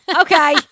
Okay